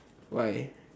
why